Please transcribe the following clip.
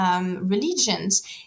religions